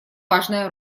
важная